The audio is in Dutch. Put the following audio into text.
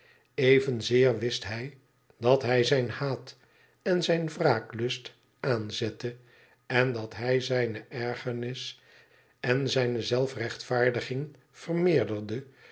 evenzeer wist hij dat hij zijn haat en zijn wraaklust aanzette en dat hij zijne ergernis en zijne zelfrechtvaardiging